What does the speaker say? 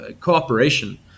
cooperation